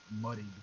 muddy